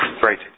Great